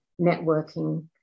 networking